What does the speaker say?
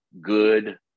good